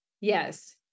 Yes